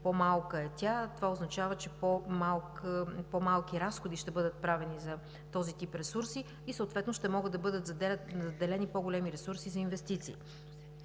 по-малка е тя, по-малки разходи ще бъдат правени за този тип ресурси и съответно ще могат да бъдат заделени по-големи ресурси за инвестиции.